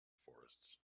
forests